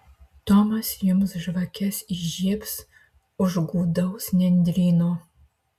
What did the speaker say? tomas jums žvakes įžiebs už gūdaus nendryno